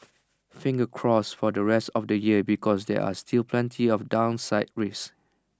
fingers crossed for the rest of the year because there are still plenty of downside risks